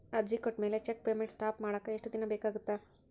ಅರ್ಜಿ ಕೊಟ್ಮ್ಯಾಲೆ cheque payment stop ಮಾಡಾಕ ಎಷ್ಟ ದಿನಾ ಬೇಕಾಗತ್ತಾ